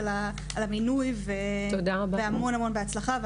על המינוי והמון הצלחה.